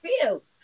fields